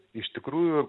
iš tikrųjų